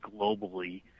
globally